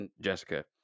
Jessica